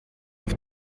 auf